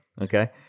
okay